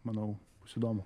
manau bus įdomu